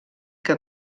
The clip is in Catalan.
que